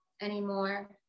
anymore